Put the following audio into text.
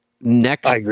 next